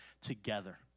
together